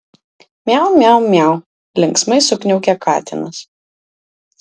miau miau miau linksmai sukniaukė katinas